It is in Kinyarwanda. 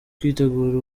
kwitegura